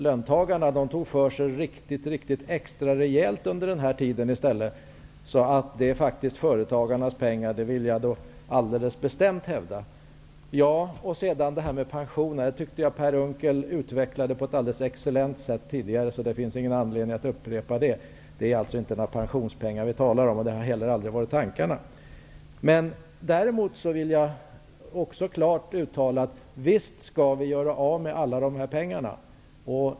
Löntagarna tog i stället för sig extra rejält under denna tid. Det är faktiskt företagarnas pengar. Det vill jag alldeles bestämt hävda. Jag tyckte att Per Unckel utvecklade detta med pensionerna på ett alldeles excellent sätt tidigare. Det finns ingen anledning att upprepa det. Det är inte några pensionspengar vi talar om. Det har heller aldrig varit tanken. Visst skall vi göra av med alla dessa pengar.